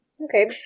Okay